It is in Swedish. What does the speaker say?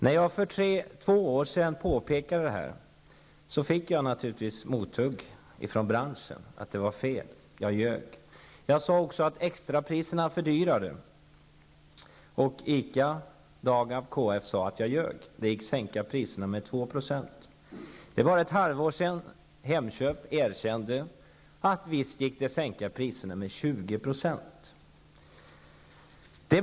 När jag för två år sedan påpekade det fick jag naturligtvis mothugg från branschen. Det jag sade var fel, jag ljög. Jag sade också att extrapriserna fördyrar. ICA, Dagab och KF sade att jag ljög. Det gick att sänka priserna med 2 %, påstod de. Det är bara ett halvår sedan Hemköp erkände att det gick att sänka priserna med 20 %.